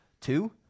Two